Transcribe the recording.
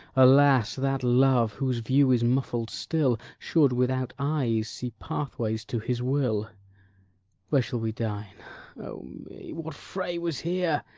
alas that love, whose view is muffled still, should, without eyes, see pathways to his will where shall we dine o me what fray was here?